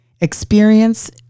experience